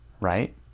right